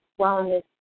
wellness